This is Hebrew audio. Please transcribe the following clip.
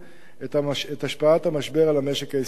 את השפעת המשבר על המשק הישראלי.